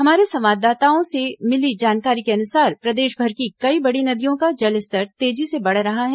हमारे संवाददाताओं से मिली जानकारी के अनुसार प्रदेशभर की कई बड़ी नदियों का जलस्तर तेजी से बढ़ रहा है